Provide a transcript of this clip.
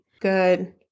Good